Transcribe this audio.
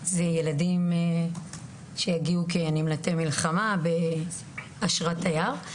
ילדים שהגיעו כנמלטי מלחמה באשרת תייר.